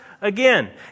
again